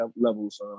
levels